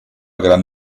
gran